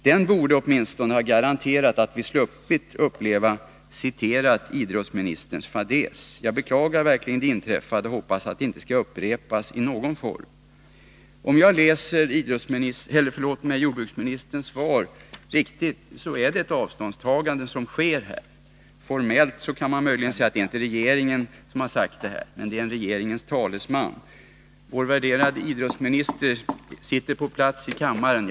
Den borde åtminstone ha garanterat att vi sluppit uppleva ”idrottsministerns” fadäs. Jag beklagar verkligen det inträffade och hoppas att det inte skall upprepas i någon form. Om jag uppfattar jordbruksministerns svar riktigt, så innebär det ett avståndstagande. Formellt kan man möjligen säga att det inte är regeringen som har gjort ifrågavarande uttalande, men det är en regeringens talesman. Vår värderade idrottsminister sitter på plats i kammaren.